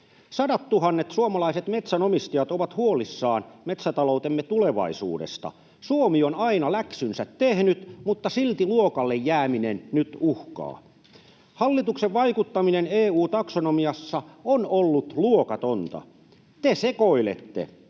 Sadattuhannet suomalaiset metsänomistajat ovat huolissaan metsäta-loutemme tulevaisuudesta. Suomi on aina läksynsä tehnyt, mutta silti luokalle jääminen nyt uhkaa. Hallituksen vaikuttaminen EU-taksonomiassa on ollut luokatonta. Te sekoilette.